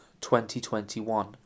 2021